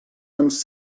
ens